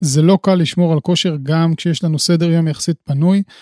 זה לא קל לשמור על כושר גם כשיש לנו סדר יום יחסית פנוי.